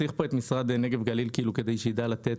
צריך פה את משרד נגב גליל כדי שיידע לתת